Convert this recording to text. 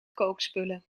kookspullen